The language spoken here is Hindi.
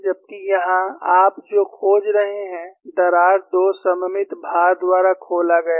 जबकि यहां आप जो खोज रहे हैं दरार दो सममित भार द्वारा खोला गया है